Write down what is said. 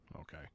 Okay